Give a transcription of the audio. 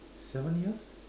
seven years